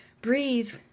breathe